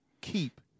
keep